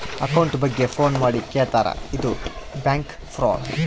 account ಬಗ್ಗೆ phone ಮಾಡಿ ಕೇಳ್ತಾರಾ ಇದು ಬ್ಯಾಂಕ್ ಫ್ರಾಡ್